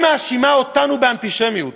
היא מאשימה אותנו באנטישמיות.